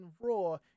raw